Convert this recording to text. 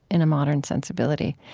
in a modern sensibility.